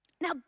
Now